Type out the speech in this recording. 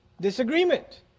disagreement